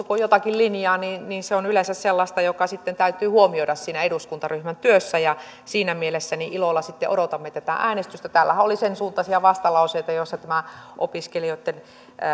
kun puoluevaltuusto jotakin linjaa niin niin se on yleensä sellaista joka sitten täytyy huomioida siinä eduskuntaryhmän työssä ja siinä mielessä ilolla odotamme tätä äänestystä täällähän oli sensuuntaisia vastalauseita joissa tämä opiskelijoitten